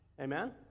amen